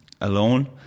alone